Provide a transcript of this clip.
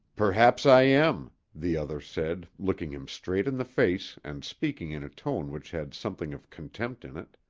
perhaps i am, the other said, looking him straight in the face and speaking in a tone which had something of contempt in it.